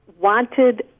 wanted